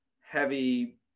heavy